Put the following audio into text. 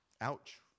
Ouch